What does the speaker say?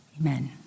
Amen